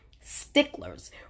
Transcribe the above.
sticklers